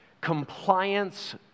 Compliance